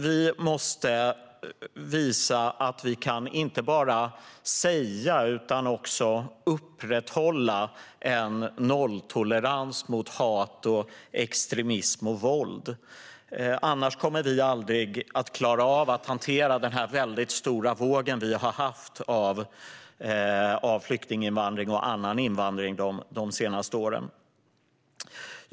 Vi måste visa att vi inte bara kan tala om utan också upprätthålla en nolltolerans mot hat, extremism och våld, annars kommer vi aldrig att klara av att hantera den väldigt stora våg av flyktinginvandring och annan invandring som vi har haft de senaste åren.